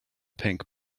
pink